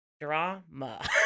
drama